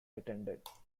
attended